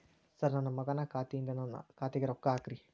sir ನನ್ನ ಮಗನ ಖಾತೆ ಯಿಂದ ನನ್ನ ಖಾತೆಗ ರೊಕ್ಕಾ ಹಾಕ್ರಿ